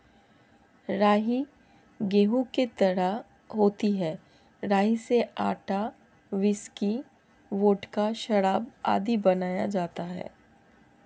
राई गेहूं की तरह होती है राई से आटा, व्हिस्की, वोडका, शराब आदि बनाया जाता है